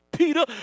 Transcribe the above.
Peter